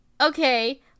okay